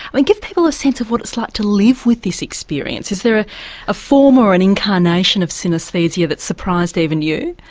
i mean, give people a sense of what it's like to live with this experience. is there ah a form or an incarnation of synesthesia that's surprised even you?